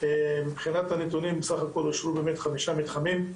מבחינת הנתונים סך הכל אושרו באמת חמישה מתחמים,